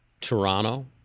Toronto